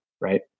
right